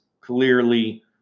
clearly